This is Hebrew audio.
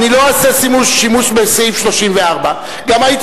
אני לא אעשה שימוש בסעיף 34. גם הייתי